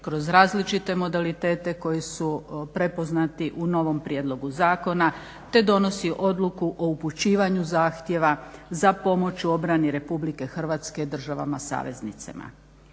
kroz različite modalitete koji su prepoznati u novom prijedlogu zakona, te donosi Odluku o upućivanju zahtjeva za pomoć u obrani Republike Hrvatske državama saveznicima.